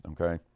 Okay